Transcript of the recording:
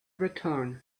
returned